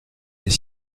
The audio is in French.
des